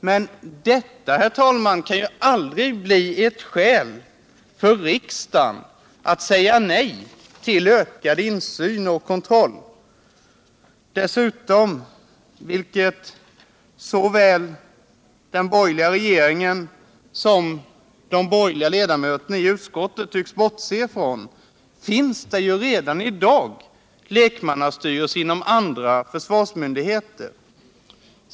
Men detta kan ju aldrig bli ett skäl för riksdagen att säga nej till ökad insyn och kontroll. Dessutom, vilket såväl regeringen som de borgerliga ledamöterna i utskottet tycks bortse ifrån, finns det ju redan i dag lekmannastyrelser inom andra försvarsmyndigheter.